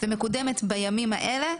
ומקודמת בימים אלה,